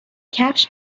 کفش